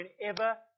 Whenever